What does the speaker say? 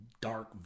dark